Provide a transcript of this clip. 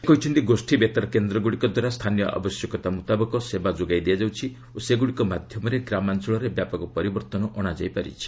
ସେ କହିଛନ୍ତି ଗୋଷ୍ଠୀ ବେତାର କେନ୍ଦ୍ରଗୁଡ଼ିକ ଦ୍ୱାରା ସ୍ଥାନୀୟ ଆବଶ୍ୟକତା ମୁତାବକ ସେବା ଯୋଗାଇ ଦିଆଯାଉଛି ଓ ସେଗୁଡ଼ିକ ମାଧ୍ୟମରେ ଗ୍ରାମାଞ୍ଚଳରେ ବ୍ୟାପକ ପରିବର୍ତ୍ତନ ଅଣାଯାଇ ପାରିଛି